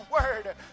word